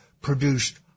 produced